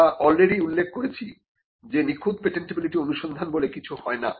আমরা অলরেডি উল্লেখ করেছি যে নিখুঁত পেটেন্টিবিলিটি অনুসন্ধান বলে কিছু হয় না